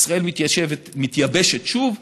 "ישראל מתייבשת שוב",